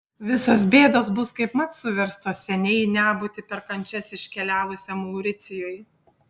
visos bėdos bus kaipmat suverstos seniai į nebūtį per kančias iškeliavusiam mauricijui